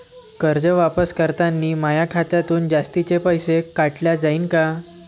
कर्ज वापस करतांनी माया खात्यातून जास्तीचे पैसे काटल्या जाईन का?